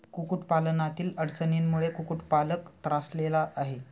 कुक्कुटपालनातील अडचणींमुळे कुक्कुटपालक त्रासलेला आहे